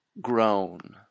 grown